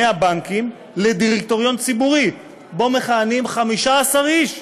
מהבנקים לדירקטוריון ציבורי שמכהנים בו 15 איש,